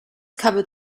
covered